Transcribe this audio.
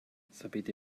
sapete